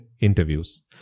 interviews